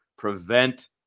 prevent